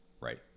right